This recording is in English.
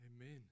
Amen